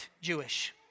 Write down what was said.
Jewish